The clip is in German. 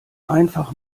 einfach